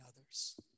others